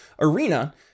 arena